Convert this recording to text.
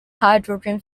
hydrogen